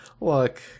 look